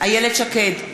איילת שקד,